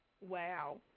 Wow